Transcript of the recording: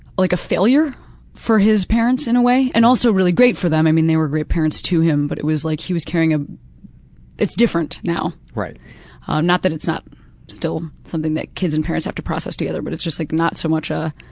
like a failure for his parents in a way, and also really great for them i mean, they were great parents to him but it was like he was carrying ah it's different now. um not that it's not still something that kids and parents have to process together but it's just like not so much a